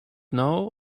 now